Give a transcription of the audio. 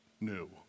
new